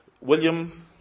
William